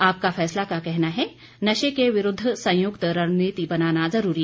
आपका फैसला का कहना है नशे के विरूद्व संयुक्त रणनीति बनाना जरूरी